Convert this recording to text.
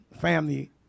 Family